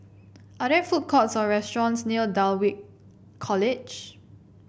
are there food courts or restaurants near Dulwich College